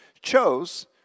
chose